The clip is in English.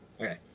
Okay